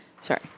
Sorry